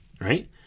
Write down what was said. right